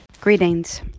Greetings